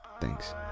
Thanks